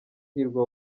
hirwa